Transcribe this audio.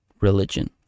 religion